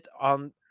On